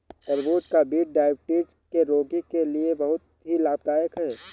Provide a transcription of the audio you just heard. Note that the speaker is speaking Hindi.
तरबूज का बीज डायबिटीज के रोगी के लिए बहुत ही लाभदायक है